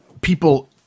people